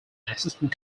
assistant